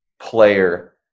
player